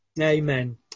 Amen